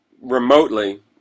remotely